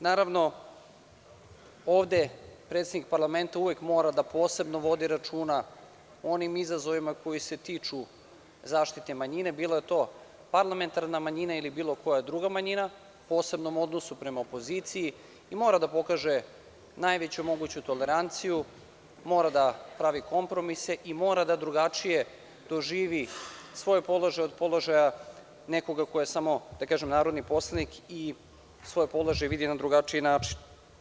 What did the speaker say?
Naravno, ovde predsednik parlamenta uvek mora posebno da vodi računa o onim izazovima koji se tiču zaštite manjine, bilo da je to parlamentarna manjina ili bilo koja druga manjina, posebnom odnosu prema opoziciji i mora da pokaže najveću moguću toleranciju, mora da pravi kompromise i mora da drugačije doživi svoj položaj od položaja nekoga ko je samo narodni poslanik i svoj položaj vidi na drugačiji način.